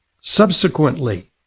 subsequently